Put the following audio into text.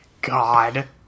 God